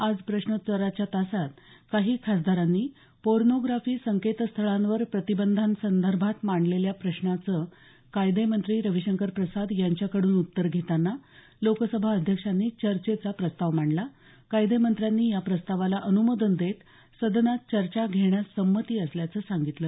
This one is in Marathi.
आज प्रश्नोत्तराच्या तासात काही खासदारांनी पोर्नोग्राफी संकेतस्थळांवर प्रतिबंधांसंदर्भात मांडलेल्या प्रश्नाचं कायदे मंत्री रविशंकर प्रसाद यांच्याकडून उत्तर घेताना लोकसभाध्यक्षांनी चर्चेचा प्रस्ताव मांडला कायदेमंत्र्यांनी या प्रस्तावाला अनुमोदन देत सदनात चर्चा घेण्यास संमती असल्याचं सांगितलं